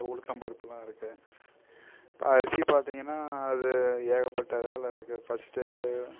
இந்த உளுத்தம் பருப்பெலாம் இருக்குது இப்போ அரிசி பார்த்திங்கனா அது ஏகப்பட்ட வேலை இருக்குது ஃபர்ஸ்ட்டு